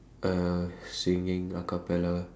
a singing a-cappella